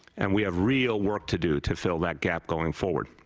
and we have real work to do to fill that gap going forward.